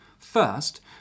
First